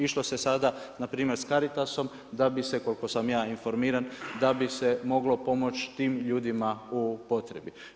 Išlo se sada npr. sa Caritasom da bi se koliko sam ja informiran, da bi se moglo pomoći tim ljudima u potrebi.